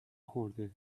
خورده